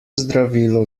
zdravilo